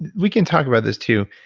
and we can talk about this, too.